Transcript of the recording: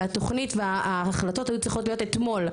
והתוכנית וההחלטות היו צריכות להיות אתמול,